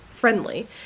friendly